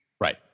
Right